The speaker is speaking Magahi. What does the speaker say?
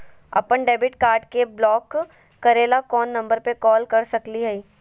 अपन डेबिट कार्ड के ब्लॉक करे ला कौन नंबर पे कॉल कर सकली हई?